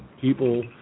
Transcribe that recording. People